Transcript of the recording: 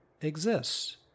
exists